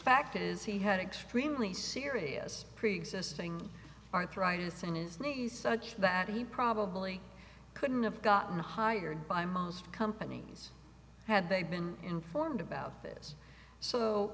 fact is he had extremely serious preexisting arthritis in his knees such that he probably couldn't have gotten hired by most companies had they been informed about this so